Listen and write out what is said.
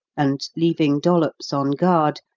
and, leaving dollops on guard,